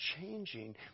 changing